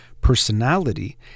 personality